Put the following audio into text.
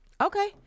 Okay